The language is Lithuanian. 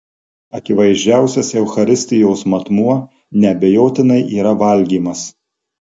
akivaizdžiausias eucharistijos matmuo neabejotinai yra valgymas